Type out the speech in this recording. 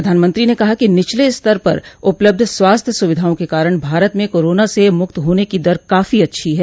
प्रधानमंत्री ने कहा कि निचले स्तर पर उपलब्ध स्वास्थ्य सुविधाओं के कारण भारत में कोरोना से मुक्त होने की दर काफी अच्छी है